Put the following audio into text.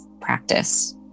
practice